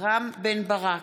רם בן ברק,